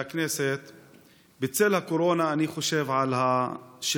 אני מדגיש את זה,